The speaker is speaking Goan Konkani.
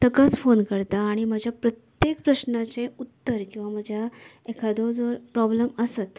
ताकाच फोन करतां आनी म्हजे प्रत्येक प्रस्नाचें उत्तर किंवां म्हज्या एखादो जो प्रॉब्लम आसत